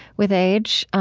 with age,